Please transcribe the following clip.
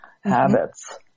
habits